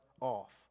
off